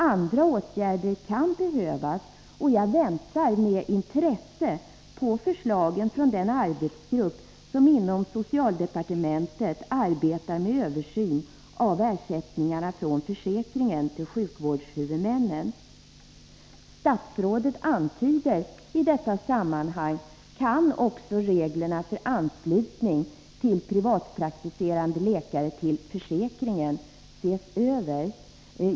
Andra åtgärder kan behövas, och jag väntar med intresse på förslagen från den arbetsgrupp som inom socialdepartementet arbetar med översyn av ersättningarna från försäkringen till sjukvårdshuvudmännen. Statsrådet antyder också att reglerna för anslutning av privatpraktiserande läkare till försäkringen kan ses över i detta sammanhang.